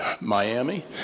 Miami